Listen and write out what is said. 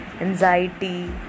anxiety